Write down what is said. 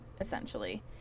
essentially